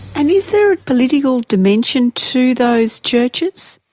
and is there a political dimension to those churches?